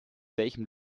welchem